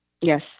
yes